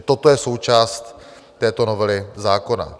Toto je součást této novely zákona.